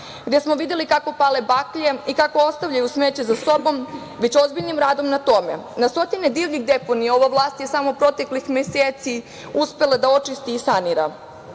gde smo videli kako pale baklje i kako ostavljaju smeće za sobom, već ozbiljnim radom na tome. Na stotine divljih deponija ova vlast je samo proteklih meseci uspela da očisti i sanira,